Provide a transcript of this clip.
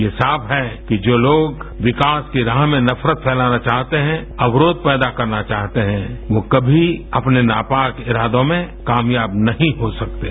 ये साफ है कि जो लोग विकास की राह पर नफरत फैलाना चाहते हैं अवरोध पैदा करना चाहते हैं वो कभी अपने नापाक इरादों में कामयाब नहीं हो सकते हैं